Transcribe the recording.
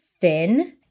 thin